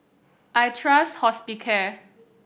I trust Hospicare